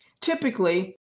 Typically